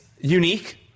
unique